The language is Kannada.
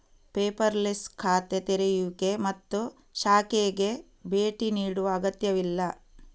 ಪೇಪರ್ಲೆಸ್ ಖಾತೆ ತೆರೆಯುವಿಕೆ ಮತ್ತು ಶಾಖೆಗೆ ಭೇಟಿ ನೀಡುವ ಅಗತ್ಯವಿಲ್ಲ